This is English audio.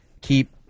keep